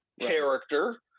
character